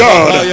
God